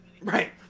right